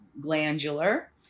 glandular